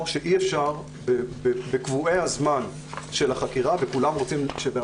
שאי אפשר בקבועי הזמן של החקירה - וכולם רוצים שבן